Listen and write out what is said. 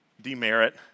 demerit